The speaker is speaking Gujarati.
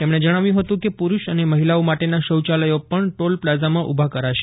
તેમણે જજ્ઞાવ્યું હતું કેપુરૃષ અને મહિલાઓ માટેના શૌચાલયો પશ્ન ટોલ પ્લાઝામાં ઊભા કરાશે